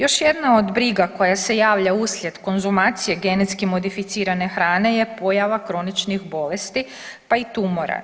Još jedna od briga koja se javlja uslijed konzumacije genetski modificirane hrane je pojava kroničnih bolesti pa i tumora.